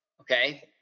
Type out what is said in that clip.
Okay